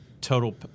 Total